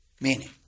meaning